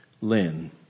Lynn